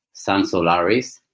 sun solaris,